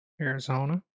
Arizona